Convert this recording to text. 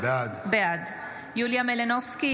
בעד יוליה מלינובסקי,